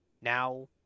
now